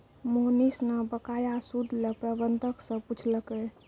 मोहनीश न बकाया सूद ल प्रबंधक स पूछलकै